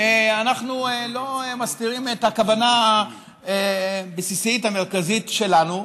אנחנו לא מסתירים את הכוונה הבסיסית המרכזית שלנו,